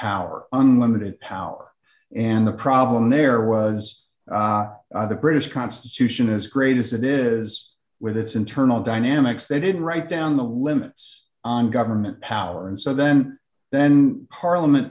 power unlimited power and the problem there was the british constitution as great as it is with its internal dynamics they didn't write down the limits on government power and so then then parliament